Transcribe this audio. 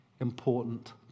important